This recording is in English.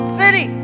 city